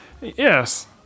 Yes